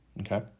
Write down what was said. okay